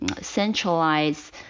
centralize